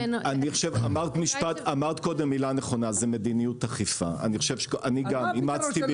אני לא מבין, אז מה הפתרון שלך?